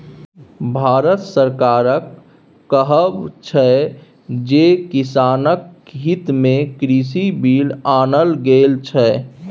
भारत सरकारक कहब छै जे किसानक हितमे कृषि बिल आनल गेल छै